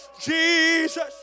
Jesus